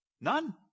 None